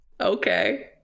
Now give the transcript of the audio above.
Okay